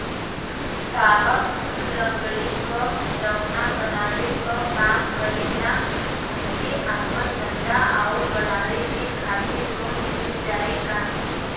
साहब हम लंगड़ी क खिलौना बनावे क काम करी ला हमके आपन धंधा अउर बढ़ावे के खातिर लोन मिल जाई का?